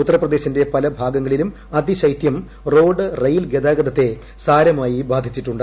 ഉത്തർപ്രദേശിന്റെ പല ഭാഗങ്ങളിലും അതിശൈത്വം റോഡ് റെയിൽ ഗതാഗതത്തെ സാരമായി ബാധിച്ചിട്ടുണ്ട്